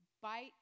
bite